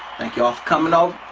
thank y'all for coming over.